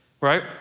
right